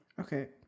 okay